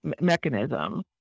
mechanism